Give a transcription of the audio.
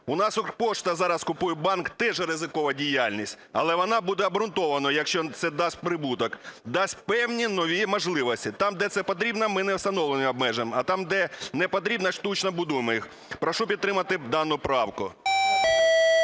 У нас Укрпошта зараз купує банк – теж ризикова діяльність, але вона буде обґрунтованою, якщо це дасть прибуток, дасть певні нові можливості. Там де це потрібно, ми не встановлюємо обмеження, а там де непотрібно, штучно будуємо їх. Прошу підтримати дану правку.